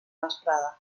vesprada